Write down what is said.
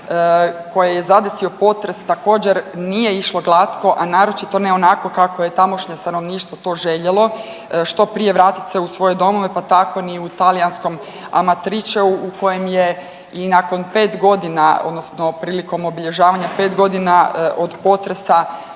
koje je zadesio potres također nije išlo glatko, a naročito ne onako kako je tamošnje stanovništvo to željelo što prije vratit se u svoje domove, pa tako ni u talijanskom Amatriceu u kojem je i nakon pet godina, odnosno prilikom obilježavanja pet godina od potresa